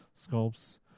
sculpts